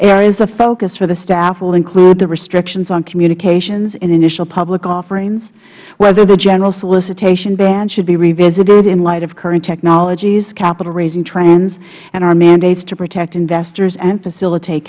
areas of focus for the staff will include the restrictions on communications in initial public offerings whether the general solicitation ban should be revisited in light of current technologies capital raising trends and our mandates to protect investors and facilitate